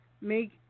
make